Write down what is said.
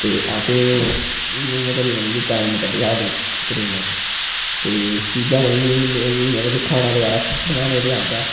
ते असें इ'यां इयां करियै मतलब कि टाइम कड्ढेआ अदूं कोरोना च ते चीजां मतलब कि नेईं ही ते खाना बगैरा अस बनाने ते आंदा ऐ